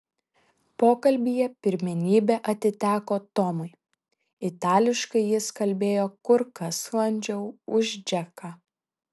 pokalbyje pirmenybė atiteko tomui itališkai jis kalbėjo kur kas sklandžiau už džeką